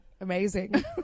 Amazing